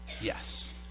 yes